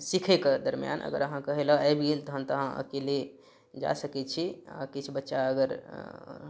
सीखे के दरम्यान अगर अहाँके हेलऽ आबि गेल तहन तऽ अहाँ अकेले जा सकै छी आ किछु बच्चा अगर